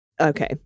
okay